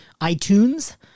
iTunes